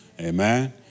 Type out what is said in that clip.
Amen